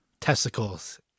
testicles